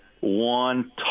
one